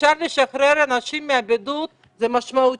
אפשר לשחרר אנשים מהבידוד, זה משמעותי.